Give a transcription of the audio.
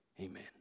Amen